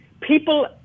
people